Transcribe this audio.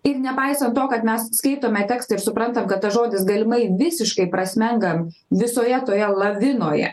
ir nepaisant to kad mes skaitome tekstą ir suprantam kad tas žodis galimai visiškai prasmengam visoje toje lavinoje